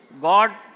God